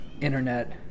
internet